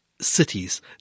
Cities